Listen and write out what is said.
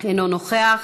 אינו נוכח,